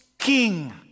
King